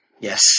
Yes